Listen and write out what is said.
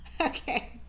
Okay